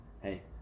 hey